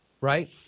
right